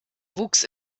wuchs